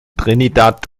trinidad